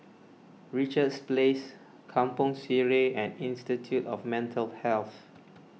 Richards Place Kampong Sireh and Institute of Mental Health